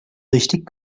richtig